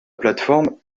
plateforme